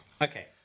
Okay